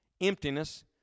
emptiness